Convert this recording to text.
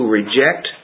reject